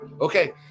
okay